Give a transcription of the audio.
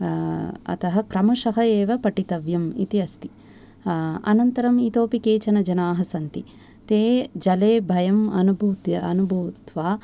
अतः क्रमशः एव पठितव्यम् इति अस्ति अनन्तरम् इतोऽपि केचन जनाः सन्ति ते जले भयम् अनुभूत्य अनुभूत्वा